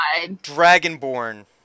Dragonborn